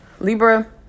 Libra